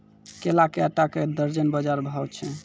केला के आटा का दर्जन बाजार भाव छ?